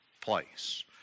place